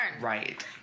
Right